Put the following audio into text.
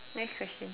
next question